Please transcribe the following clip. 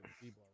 people